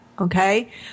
Okay